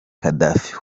gaddafi